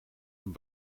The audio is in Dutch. een